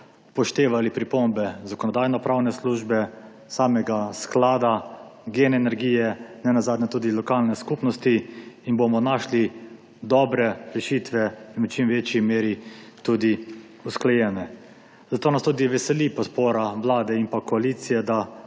upoštevali pripombe Zakonodajno-pravne službe, samega sklada, Gen Energije, nenazadnje tudi lokalne skupnosti in bomo našli dobre rešitve ter v čim večji meri tudi usklajene. Zato nas tudi veseli podpora vlade in koalicije, da